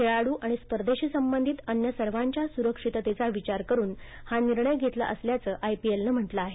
खेळाडू आणि स्पर्धेशी संबंधित अन्य सर्वांच्या सुरक्षिततेचा विचार करून हा निर्णय घेतला असल्याचं आयपीएलनं म्हटलं आहे